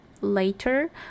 later